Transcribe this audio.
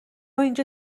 اینجا